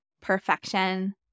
perfection